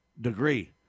degree